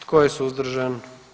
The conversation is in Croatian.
Tko je suzdržan?